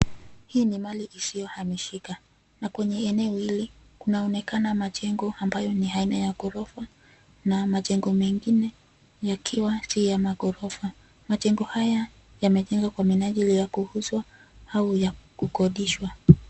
Hii ni mali isiyohamishika na kwenye eneo hili kunaonekana majengo ambayo ni ya aina ya ghorofa na majengo mengine yakiwa si ya maghorofa. Majengo haya yamejengwa kwa minajili ya kuuzwa au kukodishwa.